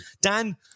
Dan